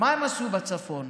ומה הם עשו בצפון,